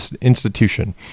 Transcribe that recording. institution